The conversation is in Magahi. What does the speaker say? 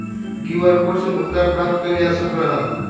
क्यूआर कोड से भुगतानो प्राप्त कएल जा सकल ह